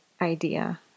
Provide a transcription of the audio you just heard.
idea